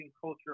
culture